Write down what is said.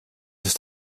ist